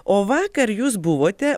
o vakar jūs buvote